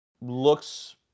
looks